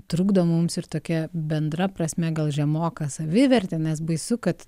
trukdo mums ir tokia bendra prasme gal žemoka savivertė nes baisu kad